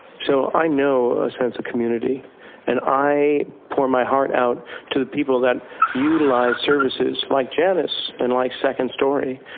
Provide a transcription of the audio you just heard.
so i know a sense of community and i pour my heart out to the people that utilize services like janus and like second story,